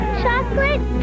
chocolate